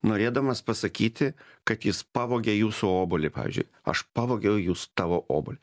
norėdamas pasakyti kad jis pavogė jūsų obuolį pavyzdžiui aš pavogiau jūs tavo obuolį